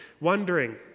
wondering